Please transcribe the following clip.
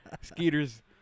Skeeter's